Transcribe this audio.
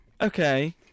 Okay